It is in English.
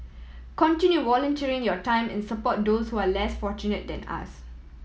continue volunteering your time and support those who are less fortunate than us